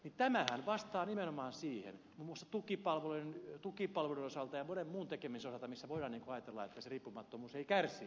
tämähän vastaa nimenomaan siihen muun muassa tukipalvelujen osalta ja monen muun tekemisen osalta missä voidaan ajatella että se riippumattomuus ei kärsi